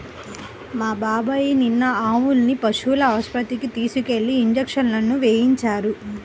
మా బాబాయ్ నిన్న ఆవుల్ని పశువుల ఆస్పత్రికి తీసుకెళ్ళి ఇంజక్షన్లు వేయించారు